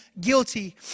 guilty